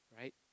right